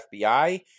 fbi